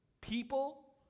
people